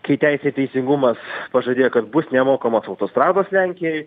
kai teisė ir teisingumas pažadėjo kad bus nemokamos autostrados lenkijoj